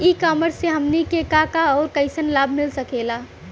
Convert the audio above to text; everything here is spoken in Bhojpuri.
ई कॉमर्स से हमनी के का का अउर कइसन लाभ मिल सकेला?